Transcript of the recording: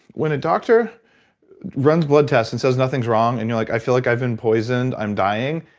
when a doctor runs blood tests and says nothing's wrong, and you're like, i feel like i've been poisoned. i'm dying,